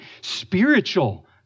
spiritual